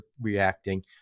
reacting